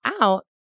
out